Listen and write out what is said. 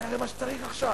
זה הרי מה שצריך עכשיו,